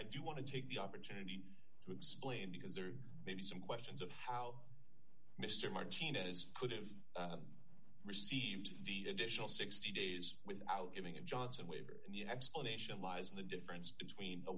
i do want to take the opportunity to explain because there may be some questions of how mr martinez could have received the additional sixty days without giving him johnson waiver and the explanation lies in the difference between a